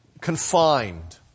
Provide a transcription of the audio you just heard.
confined